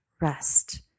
rest